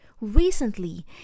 Recently